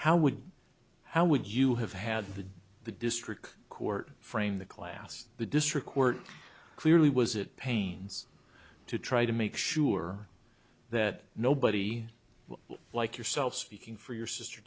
how would how would you have had the district court framed the class the district court clearly was it pains to try to make sure that nobody like yourself speaking for your sister